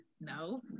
no